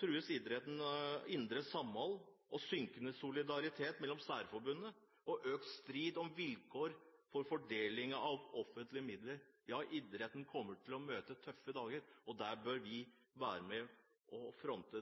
trues idrettens indre samhold av synkende solidaritet mellom særforbundene og økt strid om vilkår for fordeling av offentlige midler. Ja, idretten kommer til å møte tøffe dager, og det bør vi være med og fronte.